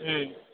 ம்